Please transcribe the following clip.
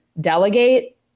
delegate –